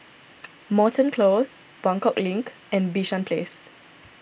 Moreton Close Buangkok Link and Bishan Place